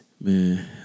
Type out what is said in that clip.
Man